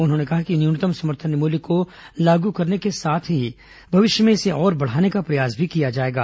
उन्होंने कहा कि न्यूनतम समर्थन मूल्य को लागू करने के साथ ही भविष्य में इसे और बढ़ाने का प्रयास भी किया जाएगा